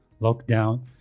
lockdown